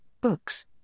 books